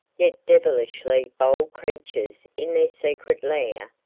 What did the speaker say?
yet devilishly bold creatures in their secret lair,